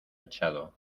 echado